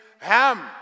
Ham